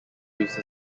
used